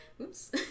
oops